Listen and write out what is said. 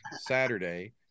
Saturday